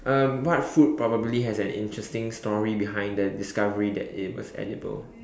um what food probably has an interesting story behind the discovery that it was edible